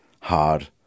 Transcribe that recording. hard